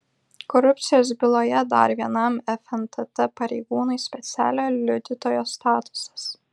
korupcijos byloje dar vienam fntt pareigūnui specialiojo liudytojo statusas